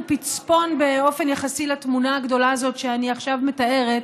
הוא פצפון באופן יחסי לתמונה הגדולה הזאת שאני עכשיו מתארת,